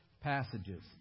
passages